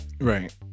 Right